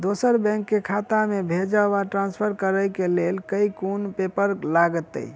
दोसर बैंक केँ खाता मे भेजय वा ट्रान्सफर करै केँ लेल केँ कुन पेपर लागतै?